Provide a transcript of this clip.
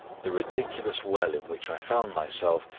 the ridiculous well in which i found myself,